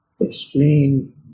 extreme